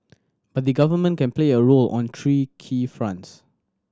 but the Government can play a role on three key fronts